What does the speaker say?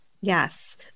Yes